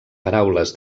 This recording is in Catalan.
paraules